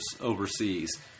overseas